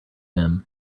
him